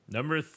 Number